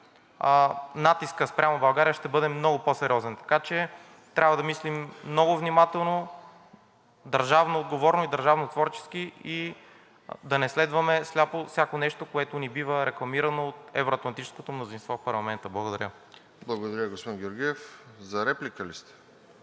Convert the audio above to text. натискът спрямо България ще бъде много по-сериозен. Така че трябва да мислим много внимателно, държавно отговорно и държавно творчески, и да не следваме сляпо всяко нещо, което ни бива рекламирано от евро-атлантическото мнозинство в парламента. Благодаря. ПРЕДСЕДАТЕЛ РОСЕН ЖЕЛЯЗКОВ: Благодаря,